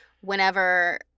whenever –